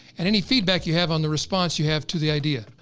and any feedback you have on the response you have to the idea.